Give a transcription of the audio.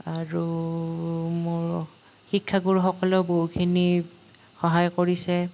আৰু মোৰ শিক্ষাগুৰুসকলেও বহুখিনি সহায় কৰিছে